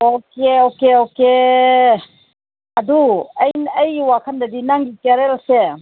okay okay okay ꯑꯗꯨ ꯑꯩꯒꯤ ꯋꯥꯈꯜꯗꯗꯤ ꯅꯪꯒꯤ